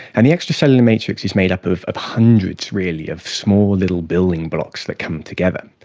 and the extracellular matrix is made up of hundreds really of small little building blocks that come together.